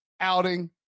outing